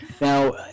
Now